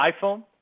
iPhone